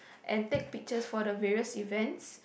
and take pictures for the various events